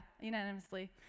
unanimously